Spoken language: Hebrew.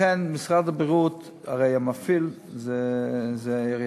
לכן משרד הבריאות, הרי המפעיל הוא העירייה.